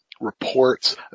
reports